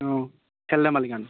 অঁ খেল ধেমালিৰ কাৰণে